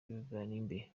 bernabe